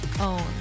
own